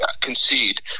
concede